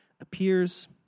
appears